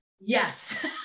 Yes